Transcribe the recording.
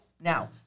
now